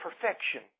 perfection